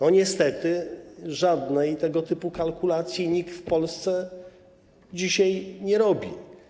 Niestety żadnej tego typu kalkulacji nikt w Polsce dzisiaj nie robi.